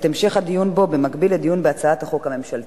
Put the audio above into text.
המשך הדיון בו במקביל לדיון בהצעת החוק הממשלתית.